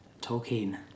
tolkien